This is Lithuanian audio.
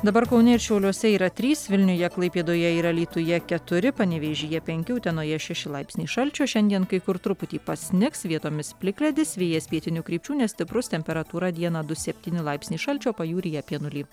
dabar kaune ir šiauliuose yra trys vilniuje klaipėdoje ir alytuje keturi panevėžyje penki utenoje šeši laipsniai šalčio šiandien kai kur truputį pasnigs vietomis plikledis vėjas pietinių krypčių nestiprus temperatūra dieną du septyni laipsniai šalčio pajūryje apie nulį